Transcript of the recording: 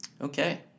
Okay